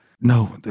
No